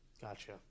Gotcha